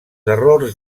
errors